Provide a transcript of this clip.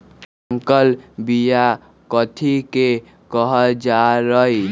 संकर बिया कथि के कहल जा लई?